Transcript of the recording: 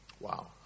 Wow